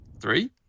three